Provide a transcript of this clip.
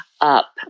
up